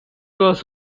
was